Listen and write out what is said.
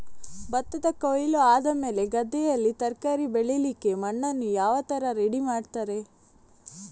ಭತ್ತದ ಕೊಯ್ಲು ಆದಮೇಲೆ ಗದ್ದೆಯಲ್ಲಿ ತರಕಾರಿ ಬೆಳಿಲಿಕ್ಕೆ ಮಣ್ಣನ್ನು ಯಾವ ತರ ರೆಡಿ ಮಾಡ್ತಾರೆ?